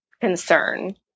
concern